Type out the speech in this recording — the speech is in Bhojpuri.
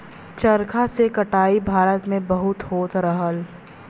चरखा से कटाई भारत में बहुत होत रहल